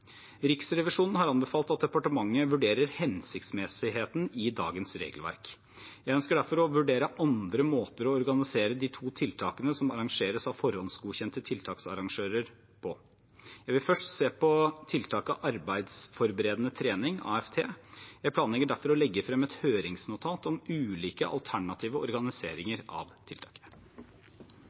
Riksrevisjonen har anbefalt at departementet vurderer hensiktsmessigheten i dagens regelverk. Jeg ønsker derfor å vurdere andre måter å organisere de to tiltakene som arrangeres av forhåndsgodkjente tiltaksarrangører på. Jeg vil først se på tiltaket arbeidsforberedende trening – AFT. Jeg planlegger derfor å legge frem et høringsnotat om ulike alternative organiseringer av